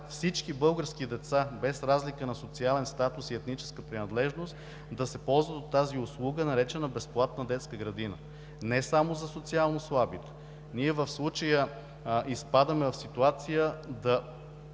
всички български деца, без разлика на социален статус и етническа принадлежност, да се ползват от тази услуга, наречена безплатна детска градина, не само за социално слаби. Ние в случая изпадаме в ситуация да